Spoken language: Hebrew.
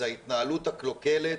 זה ההתנהלות הקלוקלת,